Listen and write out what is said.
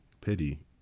pity